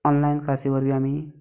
online क्लासी वरवीं आमीं